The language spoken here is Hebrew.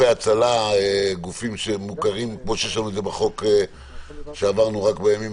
גופים שמוכרים כמו שהיה בחוק שעברנו בימים